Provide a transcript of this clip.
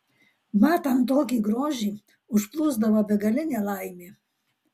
matant tokį grožį užplūsdavo begalinė laimė